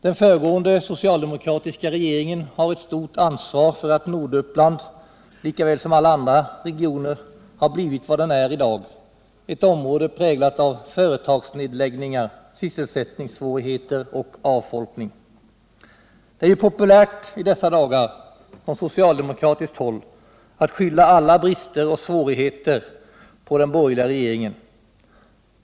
Den föregående, socialdemokratiska regeringen har ett stort ansvar för att Norduppland, lika väl som alla andra regioner, har blivit vad det är i dag, ett område präglat av företagsnedläggningar, sysselsättningssvårigheter och avfolkning. Det är populärt i dessa dagar från socialdemokratins håll att skylla alla brister och svårigheter på den borgerliga regeringen.